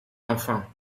enfants